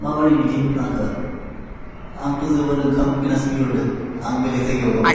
माबोरै बिदि होफ्लांखो आंथ' जोबोर ओंखाम उखैनानैसो बिहरदों आं बेलेग जायगायाव दं